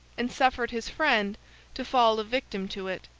and suffered his friend to fall a victim to it.